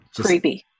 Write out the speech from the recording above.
creepy